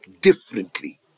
differently